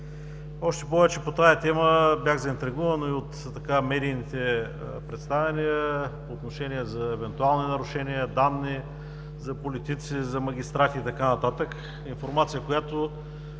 Още повече по тази тема бях заинтригуван и от медийните представяния по отношение за евентуални нарушения, данни за политици, за магистрати и така нататък – информация, която